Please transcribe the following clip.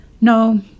No